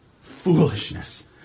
foolishness